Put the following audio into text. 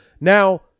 Now